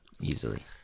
Easily